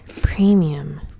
Premium